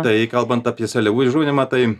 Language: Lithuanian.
tai kalbant apie seliavų įžuvinimą tai